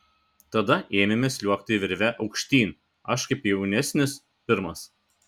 tada ėmėme sliuogti virve aukštyn aš kaip jaunesnis pirmas